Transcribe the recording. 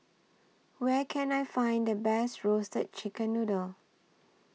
Where Can I Find The Best Roasted Chicken Noodle